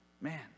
Man